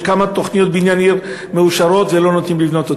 תוכניות בניין עיר מאושרות ולא נותנים לבנות?